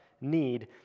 need